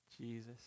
Jesus